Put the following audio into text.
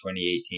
2018